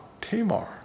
Tamar